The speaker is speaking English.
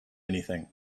anything